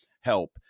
help